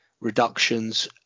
reductions